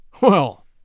Well